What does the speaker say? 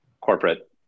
corporate